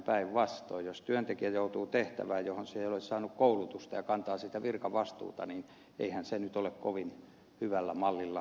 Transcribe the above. päinvastoin jos työntekijä joutuu tehtävään johon hän ei ole saanut koulutusta ja kantaa siitä virkavastuuta niin eihän se sellainen nyt ole kovin hyvällä mallilla